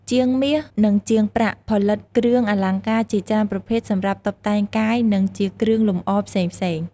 ជាងមាស និងជាងប្រាក់ផលិតគ្រឿងអលង្ការជាច្រើនប្រភេទសម្រាប់តុបតែងកាយ និងជាគ្រឿងលម្អផ្សេងៗ។